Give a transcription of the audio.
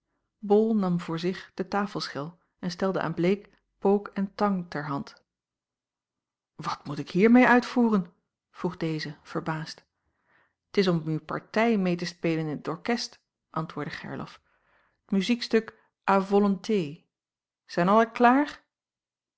bol nam voor zich de tafelschel en stelde aan bleek pook en tang ter hand wat moet ik hiermeê uitvoeren vroeg deze verbaasd t is om uw partij meê te spelen in t orkest antwoordde gerlof t muziekstuk à volonté zijn allen klaar